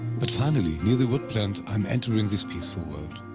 but finally, near the wood plant, i'm entering this peaceful world.